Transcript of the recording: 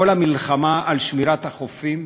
כל המלחמה על שמירת החופים